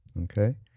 okay